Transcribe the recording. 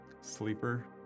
sleeper